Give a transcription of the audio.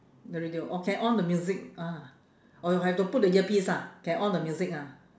the radio or can on the music ah or have to put the earpiece ah can on the music ah